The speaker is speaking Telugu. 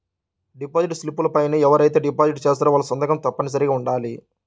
డిపాజిట్ స్లిపుల పైన ఎవరైతే డిపాజిట్ చేశారో వాళ్ళ సంతకం తప్పనిసరిగా ఉండాలి